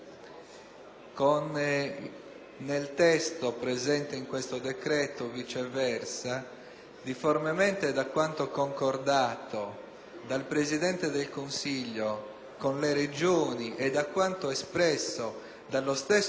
difformemente da quanto concordato dal Presidente del Consiglio con le Regioni e da quanto espresso dallo stesso Presidente del Consiglio con una propria ordinanza, circa un terzo, ammontante